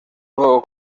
nuevo